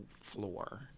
floor